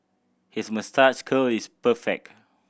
his moustache curl is perfect